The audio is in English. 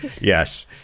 Yes